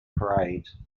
parade